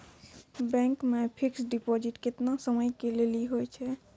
Bank मे fixed deposit केतना समय के लेली होय छै?